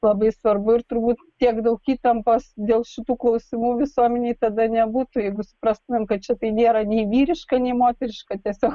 labai svarbu ir turbūt tiek daug įtampos dėl šitų klausimų visuomenei tada nebūtų jeigu suprastumėm kad čia tai nėra nei vyriška nei moteriška tiesiog